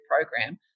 Program